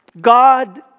God